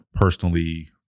Personally